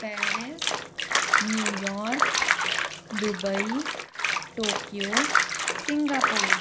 Paris New York Dubai Tokyo Singapore